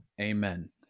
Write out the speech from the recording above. Amen